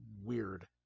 weird